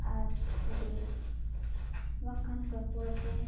ᱟᱨ ᱵᱟᱝᱠᱷᱟᱱ ᱠᱟᱹᱠᱷᱩᱣᱟᱹᱛᱮ